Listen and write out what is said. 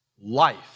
life